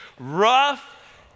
Rough